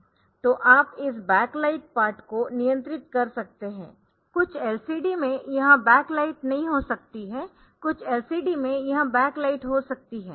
तो आप इस बैक लाइट पार्ट को नियंत्रित कर सकते है कुछ LCD में यह बैक लाइट नहीं हो सकती है कुछ LCD में यह बैक लाइट हो सकती है